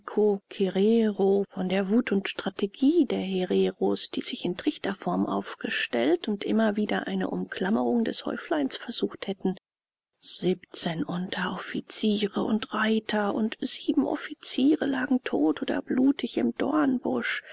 von der wut und strategie der hereros die sich in trichterform aufgestellt und immer wieder ein umklammern des häufleins versucht hätten siebzehn unteroffiziere und reiter und sieben offiziere lagen tot oder blutig im dornbusch